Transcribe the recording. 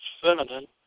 feminine